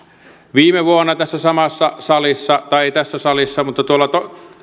viime vuonna tässä samassa salissa tai ei tässä salissa mutta tuolla